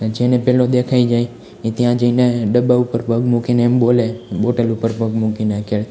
જેને પહેલો દેખાઈ જાય એ ત્યાં જઈને ડબ્બા ઉપર પગ મૂકીને એમ બોલે બોટલ ઉપર પગ મૂકીને કે